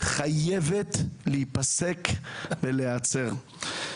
חייבת להיפסק ולהיעצר.